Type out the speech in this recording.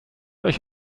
euch